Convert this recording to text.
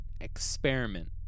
experiment